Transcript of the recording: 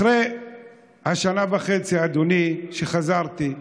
אחרי השנה וחצי, אדוני, כשחזרתי,